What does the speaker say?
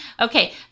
Okay